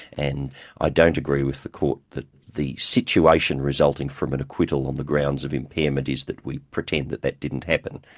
and i don't agree with the court that the situation resulting from an acquittal on the grounds of impairment is that we pretend that that didn't happen.